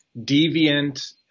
deviant